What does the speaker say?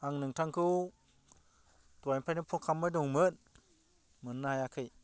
आं नोंथांखौ दहायनिफ्रायनो फन खालामबाय दंमोन मोन्नो हायाखै